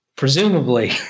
Presumably